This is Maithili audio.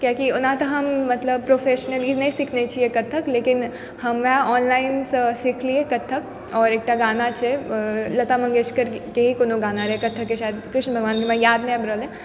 कियाकि ओना तऽ हम मतलब प्रोफेशनली नहि सीखने छियै कत्थक लेकिन हमरा ऑनलाइन सऽ सीखलियै कत्थक और एकटा गाना छै लता मंगेशकर के ही कोनो गाना रहै कत्थक के शायद कृष्ण भगवान के हमरा याद नहि आबि रहल अइ